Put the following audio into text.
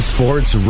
Sports